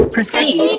Proceed